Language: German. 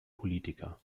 politiker